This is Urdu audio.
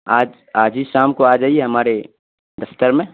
آج آج ہی شام کو آ جائیے ہمارے دفتر میں